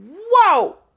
whoa